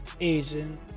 Asian